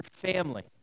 family